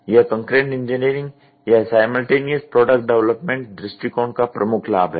यह concurrent engineering या simultaneous product development दृष्टिकोण का प्रमुख लाभ है